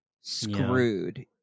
screwed